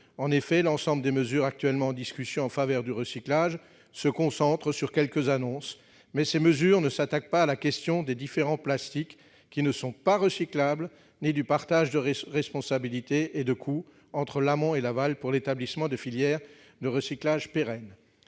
en effet, l'ensemble des mesures actuellement en discussion en faveur du recyclage se concentre sur quelques annonces mais ces mesures ne s'attaquent pas à la question des différents plastiques qui ne sont pas recyclables née du partage de responsabilités et de coût entre l'amont et l'aval pour l'établissement de filières de recyclage pérennes